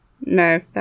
No